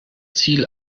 ziel